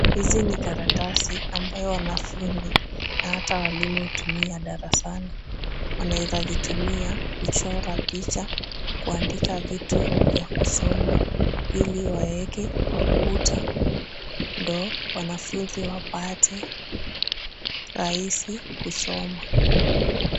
Hizi ni karatasi ambayo wanafunzi na hata walimu hutumia darasani. Wanaeza zitumia kuchora picha, kuandika vitu vya kusoma ili waweke kwa ukuta, ndo wanafunzi wapate rahisi kusoma.